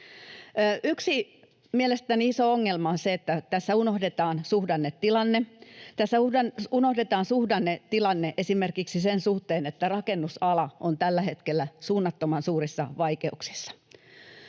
Mielestäni yksi iso ongelma on se, että tässä unohdetaan suhdannetilanne. Tässä unohdetaan suhdannetilanne esimerkiksi sen suhteen, että rakennusala on tällä hetkellä suunnattoman suurissa vaikeuksissa.